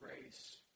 grace